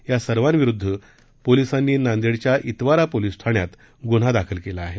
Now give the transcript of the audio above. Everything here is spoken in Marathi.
या सर्वाविरूध्द पोलिसांनी नांदेडच्या ईतवारा पोलीस ठाण्यात गुन्हा दाखल केला आहे